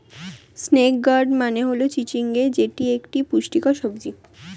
snake gourd মানে হল চিচিঙ্গা যেটি একটি পুষ্টিকর সবজি